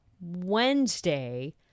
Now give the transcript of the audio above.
Wednesday